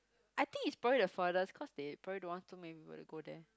I think it's probably the furthest cause they probably don't want too many people to go there